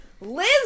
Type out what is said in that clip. Liz